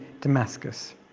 Damascus